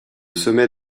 sommet